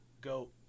Go